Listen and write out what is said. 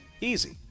Easy